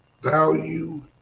value